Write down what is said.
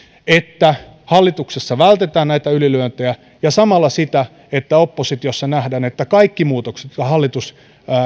että hallituksessa vältetään näitä ylilyöntejä ja samalla sitä että oppositiossa nähdään että kaikki muutokset joita hallitus